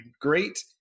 great